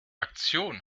aktion